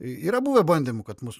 yra buvę bandymų kad mus